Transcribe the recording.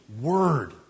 Word